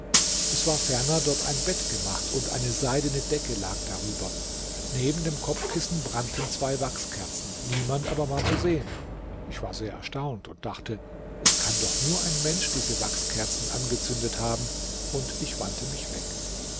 es war ferner dort ein bett gemacht und eine seidene decke lag darüber neben dem kopfkissen brannten zwei wachskerzen niemand aber war zu sehen ich war sehr erstaunt und dachte es kann doch nur ein mensch diese wachskerzen angezündet haben und ich wandte mich weg